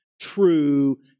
true